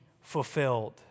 fulfilled